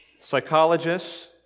Psychologists